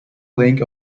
link